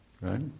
Right